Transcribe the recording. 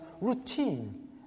routine